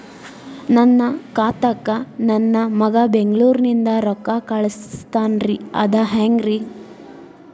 ನನ್ನ ಖಾತಾಕ್ಕ ನನ್ನ ಮಗಾ ಬೆಂಗಳೂರನಿಂದ ರೊಕ್ಕ ಕಳಸ್ತಾನ್ರಿ ಅದ ಹೆಂಗ್ರಿ?